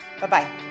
Bye-bye